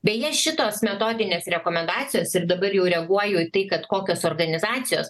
beje šitos metodinės rekomendacijos ir dabar jau reaguoju į tai kad kokios organizacijos